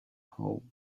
hole